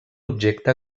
objecte